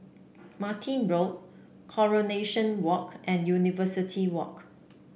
Martin Road Coronation Walk and University Walk